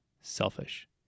selfish